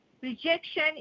Rejection